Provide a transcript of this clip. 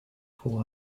who